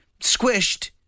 squished